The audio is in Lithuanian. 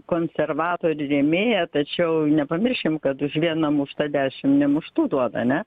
konservatorių rėmėja tačiau nepamirškim kad už vieną muštą dešim nemuštų duoda ane